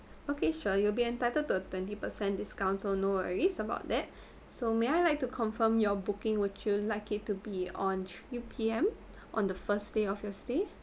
okay sure you will be entitled to twenty percent discount so no worries about that so may I like to confirm your booking would you like it to be on three P_M on the first day of your stay